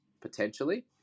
Potentially